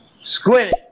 Squid